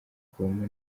kubamo